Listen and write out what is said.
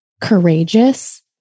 courageous